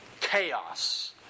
chaos